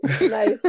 Nice